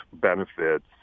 benefits